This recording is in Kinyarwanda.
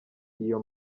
iyo